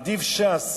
עדיף ש"ס,